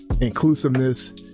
inclusiveness